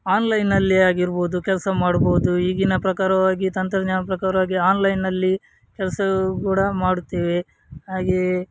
ಆನ್ಲೈನ್ನಲ್ಲಿ ಆಗಿರ್ಬೋದು ಕೆಲಸ ಮಾಡ್ಬೋದು ಈಗಿನ ಪ್ರಕಾರವಾಗಿ ತಂತ್ರಜ್ಞಾನ ಪ್ರಕಾರವಾಗಿ ಆನ್ಲೈನ್ನಲ್ಲಿ ಕೆಲಸ ಕೂಡ ಮಾಡುತ್ತೇವೆ ಹಾಗೆಯೇ